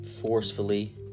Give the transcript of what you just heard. forcefully